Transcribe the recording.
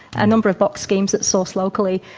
a number of box schemes that source locally,